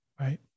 right